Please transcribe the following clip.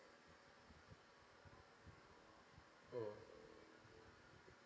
mm